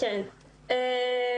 נציגת מועצת התלמידים, בבקשה.